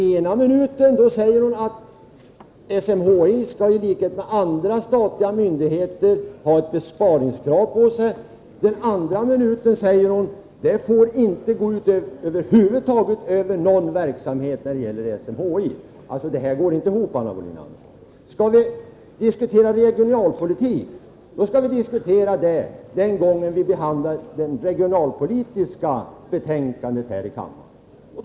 Ena minuten säger hon att SMHI, i likhet med andra statliga myndigheter, skall ha ett besparingskrav på sig. Den andra minuten säger hon att besparingarna över huvud taget inte får gå ut över någon verksamhet när det gäller SMHI. Det resonemanget går inte ihop. Om vi skall diskutera regionalpolitik, skall vi göra det i en regionalpolitisk debatt här i kammaren.